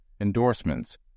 endorsements